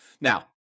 Now